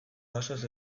basoz